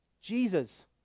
Jesus